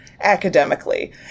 academically